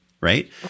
right